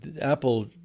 Apple